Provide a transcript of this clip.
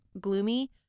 gloomy